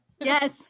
Yes